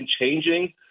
changing